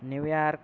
New York